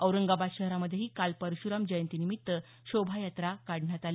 औरंगाबाद शहरामध्ये काल परशुराम जयंतीनिमित्त शोभायात्रा काढण्यात आली